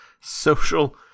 Social